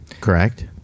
correct